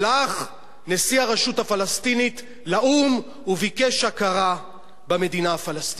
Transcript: הלך נשיא הרשות הפלסטינית לאו"ם וביקש הכרה במדינה הפלסטינית.